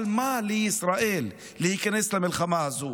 אבל למה לישראל להיכנס למלחמה הזו?